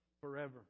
forever